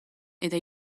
eta